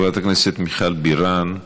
חברת הכנסת מיכל בירן,